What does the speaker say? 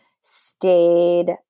stayed